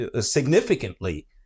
significantly